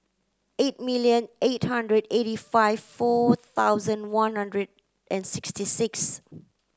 eight million eight hundred eighty five four thousand one hundred and sixty six